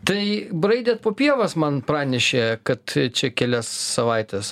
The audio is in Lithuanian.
tai braidėt po pievas man pranešė kad čia kelias savaites